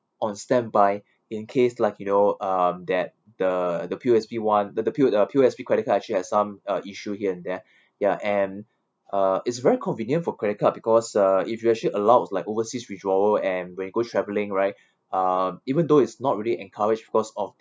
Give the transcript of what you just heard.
on standby in case like you know um that the the P_O_S_B [one] the the P uh P_O_S_B credit card actually has some uh issue here and there ya and uh it's very convenient for credit card because uh if you actually allows like overseas withdrawal and when you go traveling right uh even though it's not really encouraged cause of